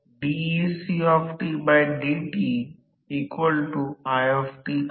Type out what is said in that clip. तर हा F1 वास्तविक स्टेटर MMF किंवा तो F1 दिला आहे